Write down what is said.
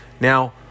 Now